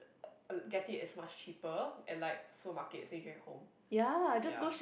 get it as much cheaper at like supermarket same going home ya